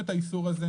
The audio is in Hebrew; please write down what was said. היבואנים.